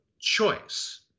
choice